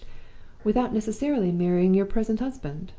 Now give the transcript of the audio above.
without necessarily marrying your present husband.